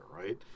right